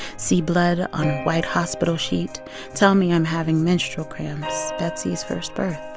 see blood on white hospital sheet tell me i'm having menstrual cramps betsey's first birth.